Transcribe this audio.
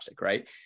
Right